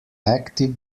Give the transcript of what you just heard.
active